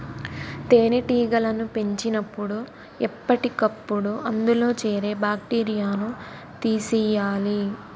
తేనెటీగలను పెంచినపుడు ఎప్పటికప్పుడు అందులో చేరే బాక్టీరియాను తీసియ్యాలి